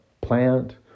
plant